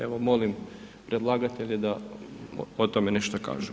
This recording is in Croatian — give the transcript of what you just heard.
Evo molim predlagatelje da o tome nešto kažu.